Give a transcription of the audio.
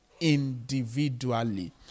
individually